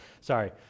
Sorry